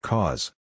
Cause